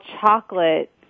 chocolate